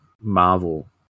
Marvel